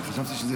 177